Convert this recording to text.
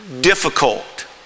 difficult